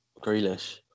Grealish